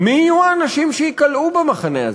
מי יהיו האנשים שייכלאו במחנה הזה?